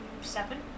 seven